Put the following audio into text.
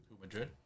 Madrid